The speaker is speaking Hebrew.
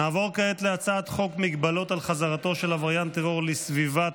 נעבור כעת להצעת חוק מגבלות על חזרתו של עבריין טרור לסביבת